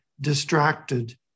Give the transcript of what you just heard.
distracted